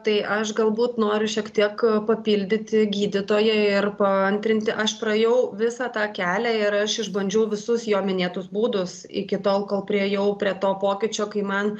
tai aš galbūt noriu šiek tiek papildyti gydytoją ir paantrinti aš praėjau visą tą kelią ir aš išbandžiau visus jo minėtus būdus iki tol kol priejau prie to pokyčio kai man